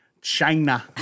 China